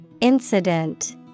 Incident